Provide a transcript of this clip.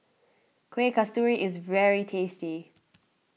Kuih Kasturi is very tasty